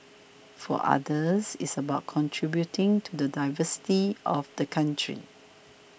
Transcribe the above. for others it's about contributing to the diversity of the country